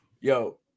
Yo